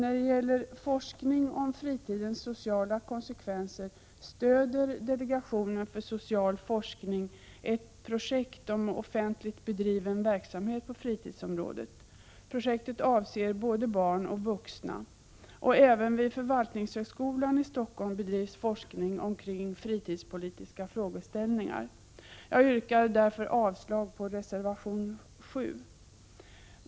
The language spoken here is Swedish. När det gäller forskning om fritidens sociala konsekvenser stöder delegationen för social forskning ett projekt om offentligt bedriven verksamhet på fritidsområdet. Projektet avser både barn och vuxna. Även vid förvaltningshögskolan i Stockholm bedrivs forskning omkring fritidspolitiska frågeställningar. Därmed yrkar jag avslag på reservation 7.